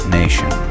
nation